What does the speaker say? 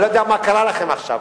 אני לא יודע מה קרה לכם עכשיו.